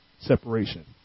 separation